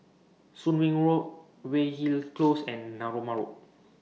Soon Wing Road Weyhill Close and Narooma Road